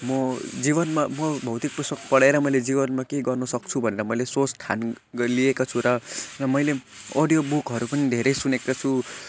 म जीवनमा म भौतिक पुस्तक पढेर मैले जीवनमा केही गर्नसक्छु भनेर मैले सोच ठान लिएको छु र मैले अडियो बुकहरू पनि धेरै सुनेको छु र